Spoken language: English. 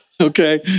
okay